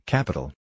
Capital